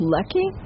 Lucky